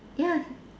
ya